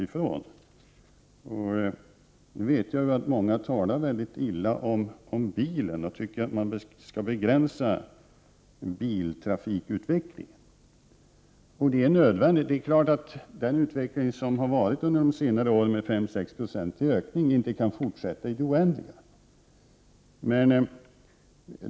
Vi vet att många talar väldigt illa om bilar och tycker att vi skall begränsa biltrafikutvecklingen. Det är nödvändigt. Den utveckling som har varit under senare år med en 5 å 6-procentig ökning kan inte fortsätta i det oändliga.